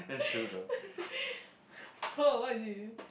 so what is it